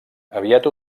aviat